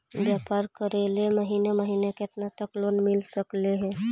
व्यापार करेल महिने महिने केतना तक लोन मिल सकले हे?